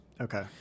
Okay